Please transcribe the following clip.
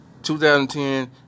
2010